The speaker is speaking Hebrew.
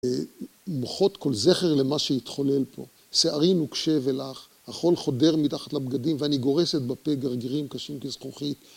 ‫מוחות כל זכר למה שהתחולל פה, ‫שערי נוקשה ולח, ‫החול חודר מתחת לבגדים ‫ואני גורסת בפה גרגירים קשים כזכוכית.